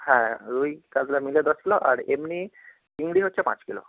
হ্যাঁ রুই কাতলা মিলে দশ কিলো আর এমনি চিংড়ি হচ্ছে পাঁচ কিলো